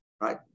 right